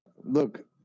Look